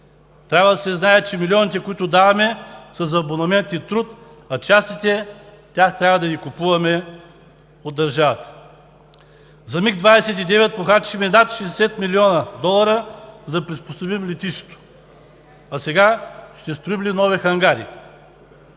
Трябва да се знае, че милионите, които даваме, са за абонамент и труд, а частите трябва да ги купуваме от държавата. За МиГ-29 похарчихме над 60 млн. долара, за да приспособим летището. Сега ще строим ли нови хангари?